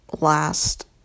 last